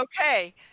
okay